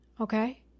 Okay